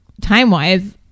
time-wise